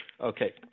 Okay